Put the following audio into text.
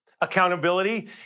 accountability